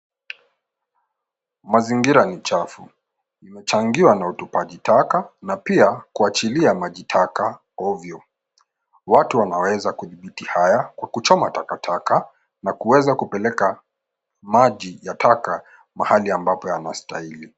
Mazingira ni chafu, imechangiwa na utupaji taka na pia kuachilia maji taka ovyo. Watu wanaweza kudhibiti haya kwa kuchoma takataka na kuweza kupeleka maji ya taka mahali ambapo yanastahili.